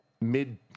mid